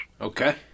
Okay